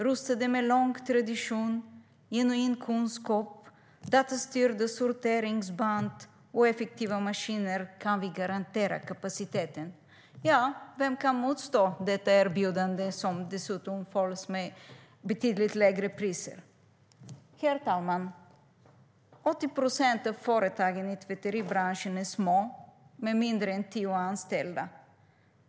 Rustade med lång tradition, genuin kunskap, datastyrda sorteringsband och effektiva maskiner kan vi garantera kapaciteten." Ja, vem kan motstå detta erbjudande - som dessutom följs av betydligt lägre priser? Herr talman! 80 procent av företagen i tvätteribranschen är små, med mindre än tio anställda.